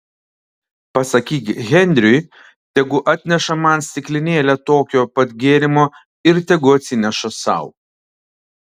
pasakyk henriui tegu atneša man stiklinėlę tokio pat gėrimo ir tegu atsineša sau